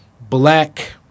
black